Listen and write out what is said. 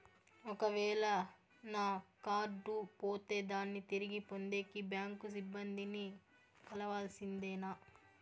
ఒక వేల నా కార్డు పోతే దాన్ని తిరిగి పొందేకి, బ్యాంకు సిబ్బంది ని కలవాల్సిందేనా?